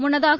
முன்னதாக